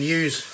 use